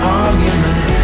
argument